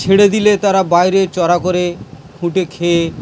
ছেড়ে দিলে তারা বাইরে চরা করে খুটে খেয়ে